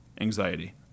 anxiety